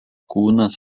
kūnas